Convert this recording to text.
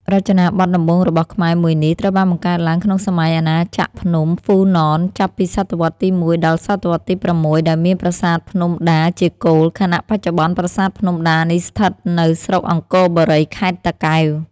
រចនាបថដំបូងរបស់ខ្មែរមួយនេះ ត្រូវបានបង្កើតឡើងក្នុងសម័យអាណាចក្រភ្នំ ហ្វ៊ូណន ចាប់ពីសតវត្សទី១ ដល់សតវត្សទី៦ ដោយមានប្រាសាទភ្នំដាជាគោល ខណៈបច្ចុប្បន្នប្រាសាទភ្នំដានេះស្ថិតនៅស្រុកអង្គរបុរី ខេត្តតាកែវ។